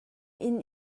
inn